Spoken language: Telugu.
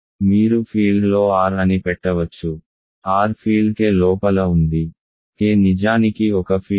మీరు ఫీల్డ్లో R అని పెట్టవచ్చు R ఫీల్డ్ K లోపల ఉంది K నిజానికి ఒక ఫీల్డ్